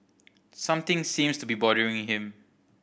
something seems to be bothering him